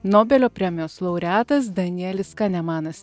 nobelio premijos laureatas danielis kanemanas